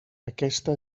aquesta